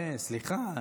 סליחה,